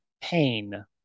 pain